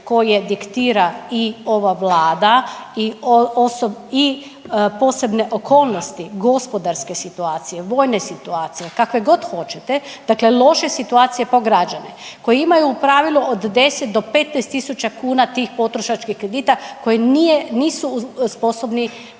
koje diktira i ova vlada i posebne okolnosti gospodarske situacije, vojne situacije, kakve god hoćete, dakle loše situacije po građane koje imaju u pravilu od 10 do 15.000 kuna tih potrošačkih kredita koji nije, nisu sposobni